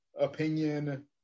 opinion